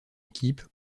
équipe